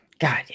God